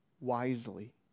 wisely